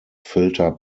filter